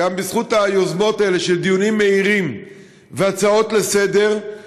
שגם בזכות היוזמות האלה של דיונים מהירים והצעות לסדר-היום,